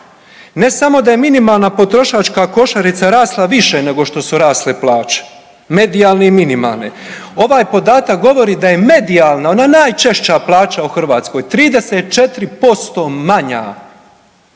Ne samo da je minimalna potrošačka košarica rasla više nego što su rasle plaće, medijalne i minimalne, ovaj podatak govori da je medijalna, ona najčešća plaća u Hrvatskoj, 34% manja